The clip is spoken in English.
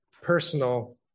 personal